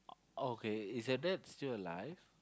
oh okay is your dad still alive